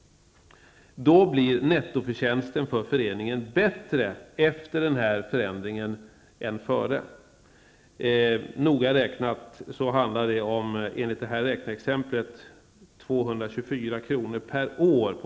Då blir nettovinsten för föreningen högre efter denna förändring. Noga räknat handlar det, enligt detta räkneexempel, om 224 kr. per år.